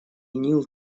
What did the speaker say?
нил